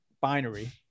Binary